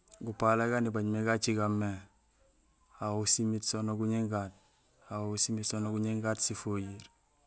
Gupalay gan ibaaj mé gacigaam mé, ahu simiit guñéén gaat, ahu simiit guñéén gaat sifojiir.